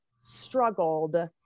struggled